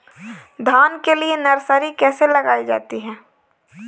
धान के लिए नर्सरी कैसे लगाई जाती है?